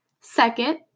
Second